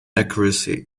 accuracy